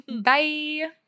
bye